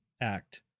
Act